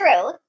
true